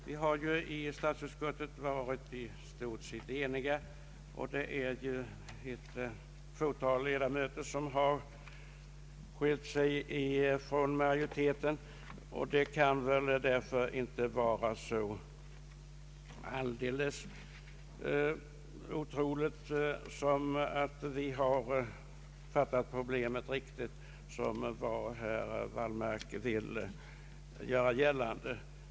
Vi har, som sagt, i stort sett varit eniga i utskottet. Det är väl därför inte fullt så otroligt att vi har fattat problemet riktigt, som herr Wallmark ville göra gällande.